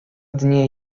dnie